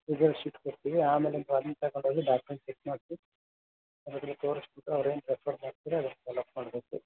result sheet ಕೊಡ್ತೀವಿ ಆಮೇಲೆ ಅದ್ನ ತೊಗೊಂಡು ಹೋಗಿ ಡಾಕ್ಟ್ರಿಗೆ ಚೆಕ್ ಮಾಡಿಸಿ ಅದನ್ನು ತೋರಿಸ್ಬಿಟ್ಟು ಅವ್ರೆನು ಬರ್ದು ಕೊಡ್ತಾರೆ ಅದನ್ನು ಫಾಲೋ ಅಪ್ ಮಾಡಬೇಕು